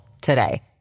today